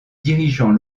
dirigeant